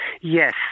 Yes